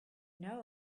know